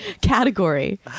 category